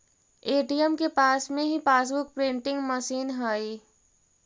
ATM के पास में ही पासबुक प्रिंटिंग मशीन हई